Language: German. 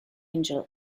angel